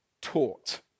taught